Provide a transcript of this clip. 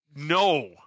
No